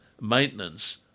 maintenance